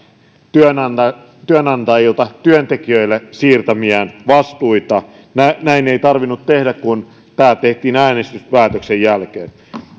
työnantajilta työnantajilta työntekijöille siirtämiään vastuita näin ei tarvinnut tehdä kun tämä tehtiin äänestyspäätöksen jälkeen